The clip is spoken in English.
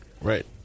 right